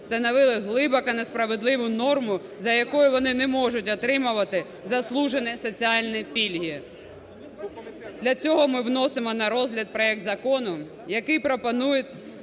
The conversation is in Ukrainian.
встановили глибоко несправедливу норму, за якою вони не можуть отримувати заслужені соціальні пільги. Для цього ми вносимо на розгляд проект закону, який пропонують